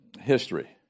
history